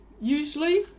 usually